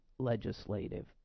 legislative